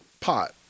pot